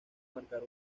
marcar